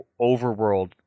overworld